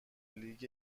لیگ